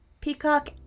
peacock